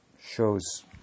shows